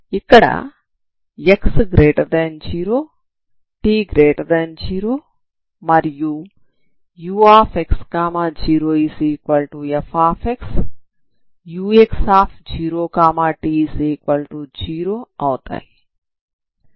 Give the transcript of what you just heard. ఇక్కడ x0 t0 మరియు ux0f ux0t0 అవుతాయి